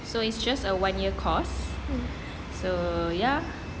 so it's just a one year course so ya